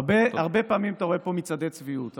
הרבה פעמים אתה רואה פה מצעדי צביעות,